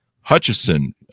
Hutchison